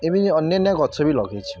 ଏମିତି ଅନ୍ୟାନ୍ୟ ଗଛ ବି ଲଗେଇଛି